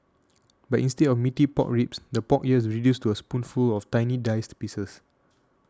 but instead of meaty pork ribs the pork here is reduced to a spoonful of tiny diced pieces